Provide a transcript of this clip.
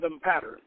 pattern